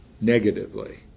negatively